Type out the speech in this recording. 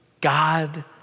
God